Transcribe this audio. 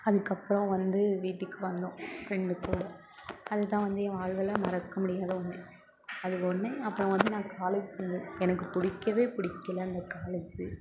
அதுக்கப்புறம் வந்து வீட்டுக்கு வந்தோம் ஃப்ரெண்டு கூட அதுதான் வந்து என் வாழ்வுல மறக்க முடியாத ஒன்று அது ஒன்று அப்புறம் வந்து நாங்கள் காலேஜ் சேர்ந்தது எனக்கு பிடிக்கவே பிடிக்கல அந்த காலேஜு